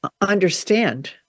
understand